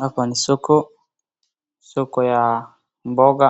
Hapa ni soko. Soko ya mboga